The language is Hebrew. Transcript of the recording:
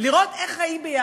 לראות איך חיים ביחד.